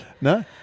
No